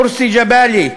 מורסי ג'באלי,